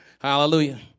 Hallelujah